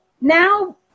now